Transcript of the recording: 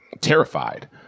terrified